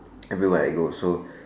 everywhere I go so